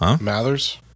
Mathers